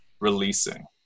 releasing